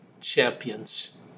champions